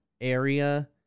area